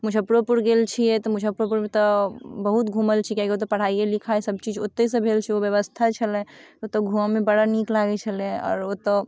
मुजफ्फरोपुर गेल छिए तऽ मुजफ्फरपुरमे तऽ बहुत घुमल छिए कियाकि ओतऽ पढ़ाइए लिखाइ सबचीज ओतहिसँ भेल छै ओ बेबस्था छलै ओतऽ घुमैमे बड़ा नीक लागै छलै आओर ओतऽ